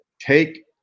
take